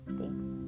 thanks